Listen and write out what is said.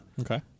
Okay